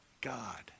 God